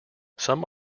some